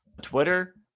Twitter